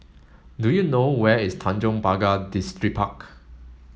do you know where is Tanjong Pagar Distripark